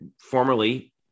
formerly